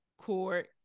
court